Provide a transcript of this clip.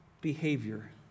behavior